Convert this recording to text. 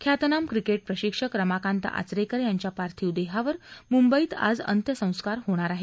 ख्यातनाम क्रिकेट प्रशिक्षक स्माकांत आचरेकर यांच्या पार्थिव देहावर मुंबईत आज अंत्यसंस्कार होणार आहेत